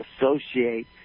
associate